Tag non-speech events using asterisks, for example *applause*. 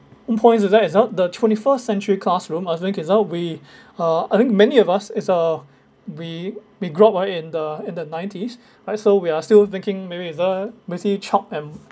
own points is that it's uh the twenty-first-century classroom I think it's uh we *breath* uh I think many of us is uh we we grow up right in the in the nineties right so we are still thinking maybe it's uh basically chalk and